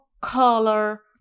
color